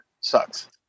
sucks